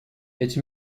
эти